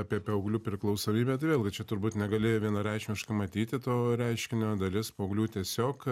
apie paauglių priklausomybę tai vėlgi čia turbūt negalėjo vienareikšmiškai matyti to reiškinio dalis paauglių tiesiog